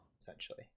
Essentially